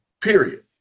period